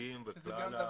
המשרדים ובין כלל ה